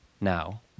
now